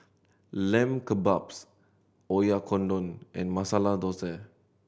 Lamb Kebabs Oyakodon and Masala Dosa